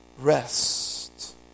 Rest